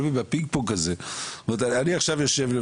אבל אני מנסה להבין,